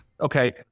Okay